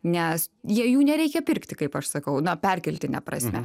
nes jei jų nereikia pirkti kaip aš sakau na perkeltine prasme